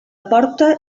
porta